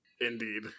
Indeed